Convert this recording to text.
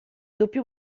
doppio